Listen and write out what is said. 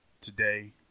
today